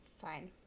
Fine